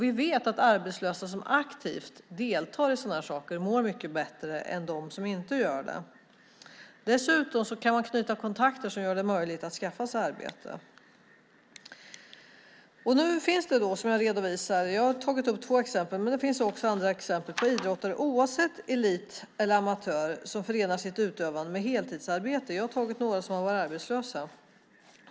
Vi vet att arbetslösa som aktivt deltar i sådana här saker mår mycket bättre än de som inte gör det. Dessutom kan de knyta kontakter som gör det möjligt att skaffa sig arbete. Jag har tagit upp och redovisat två exempel. Men det finns också andra exempel på idrottare, oavsett om de är elit eller amatörer, som förenar sitt utövande med heltidsarbete. Jag tog upp exempel på några som är arbetslösa.